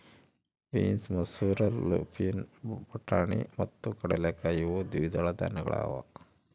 beans ಮಸೂರ lupin ಬಟಾಣಿ ಮತ್ತು ಕಡಲೆಕಾಯಿ ಇವು ದ್ವಿದಳ ಧಾನ್ಯಗಳಾಗ್ಯವ